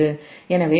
எனவே X1 j0